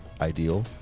ideal